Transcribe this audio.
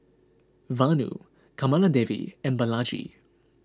Vanu Kamaladevi and Balaji